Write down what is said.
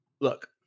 look